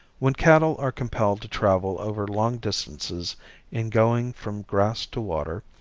when cattle are compelled to travel over long distances in going from grass to water,